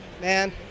man